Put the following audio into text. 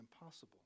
impossible